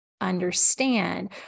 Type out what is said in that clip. understand